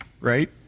right